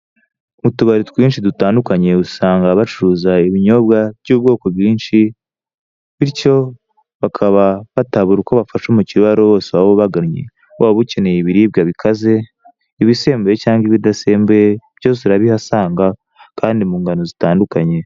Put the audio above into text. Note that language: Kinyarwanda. Mu tubari twinshi dutandukanye usanga bacuruza ibinyobwa by'ubwoko bwinshi, bityo bakaba batabura uko bafasha umukiriya uwaruwo wose waba ubagannye, waba ukeneye ibiribwa bikaze, ibisembuye cyangwa ibidasembuye, byose urabihasanga kandi mu ngano zitandukanye.